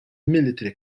military